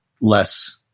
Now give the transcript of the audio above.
less